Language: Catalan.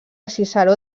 ciceró